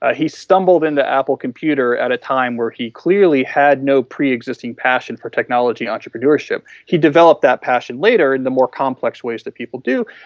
ah he stumbled into apple computer at a time where he clearly had no preexisting passion for technology entrepreneurship. he developed that passion later in the more complex ways that people do.